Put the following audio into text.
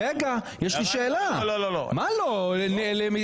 או לקבל על פי